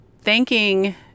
thanking